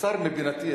נבצר מבינתי,